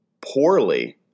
poorly